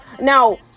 Now